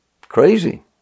Crazy